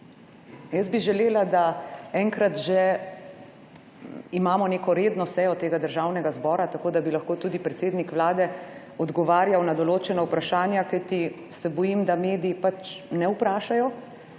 Jaz bi želela, da enkrat že imamo neko redno sejo tega državnega zbora, tako da bi lahko tudi predsednik vlade odgovarjal na določena vprašanja, kajti bojim se, da mediji pač ne vprašajo.